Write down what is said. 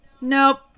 Nope